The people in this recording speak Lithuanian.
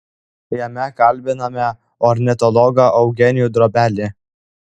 jame kalbiname ornitologą eugenijų drobelį